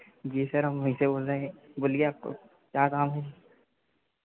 जी sir हम वहीं से बोल रहे हैं बोलिए आपको क्या काम है